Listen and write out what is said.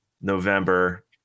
November